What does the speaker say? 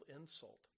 insult